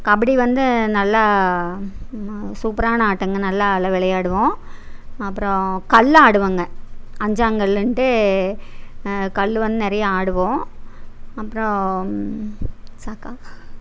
கபடி வந்து நல்லா சூப்பரான ஆட்டம்ங்க நல்லா அதெல்லாம் விளையாடுவோம் அப்புறம் கல்லு ஆடுவங்க அஞ்சாங்கல்லுன்ட்டு கல்லு வந் நிறையா ஆடுவோம் அப்புறோம் சாக்கா